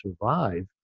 survive